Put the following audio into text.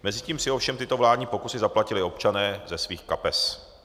Mezitím si ovšem tyto vládní pokusy zaplatili občané ze svých kapes.